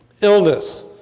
illness